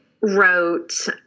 wrote